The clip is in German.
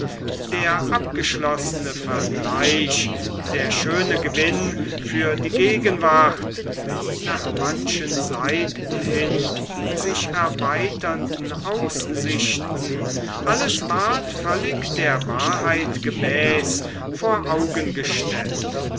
der abgeschlossene vergleich der schöne gewinn für die gegenwart die nach manchen seiten hin sich erweitern den aussichten alles ward völlig der wahrheit gemäß vor augen gestellt